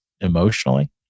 emotionally